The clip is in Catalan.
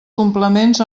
complements